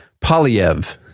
Polyev